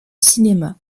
cinéma